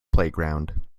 playground